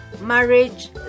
marriage